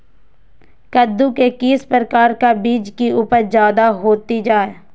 कददु के किस प्रकार का बीज की उपज जायदा होती जय?